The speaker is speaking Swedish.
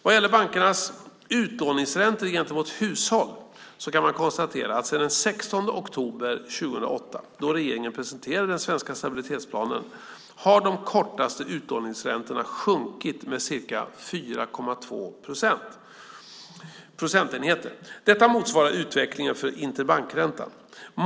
Vad gäller bankernas utlåningsräntor gentemot hushåll kan man konstatera att sedan den 16 oktober 2008, då regeringen presenterade den svenska stabilitetsplanen, har de kortaste utlåningsräntorna sjunkit med ca 4,2 procentenheter. Detta motsvarar utvecklingen för interbankräntan.